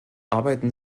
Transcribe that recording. arbeiten